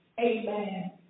Amen